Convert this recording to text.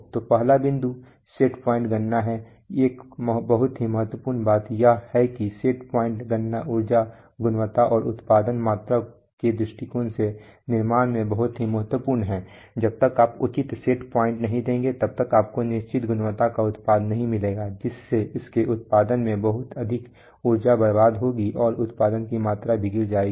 तो पहला बिंदु सेट पॉइंट गणना है एक बहुत ही महत्वपूर्ण बात यह है कि सेट पॉइंट गणना ऊर्जा गुणवत्ता और उत्पादन मात्रा के दृष्टिकोण से निर्माण में बहुत महत्वपूर्ण है जब तक आप उचित सेट पॉइंट नहीं देंगे तब तक आपको निश्चित गुणवत्ता का उत्पाद नहीं मिलेगा जिस से इसके उत्पादन में बहुत अधिक ऊर्जा बर्बाद होगी और उत्पादन की मात्रा भी गिर जाएगी